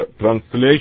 translation